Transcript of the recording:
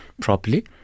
properly